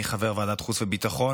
אני חבר ועדת חוץ וביטחון,